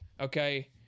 Okay